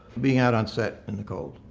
being out on set in the cold.